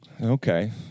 Okay